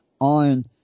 on